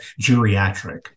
geriatric